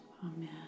Amen